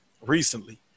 recently